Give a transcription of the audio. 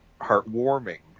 heartwarming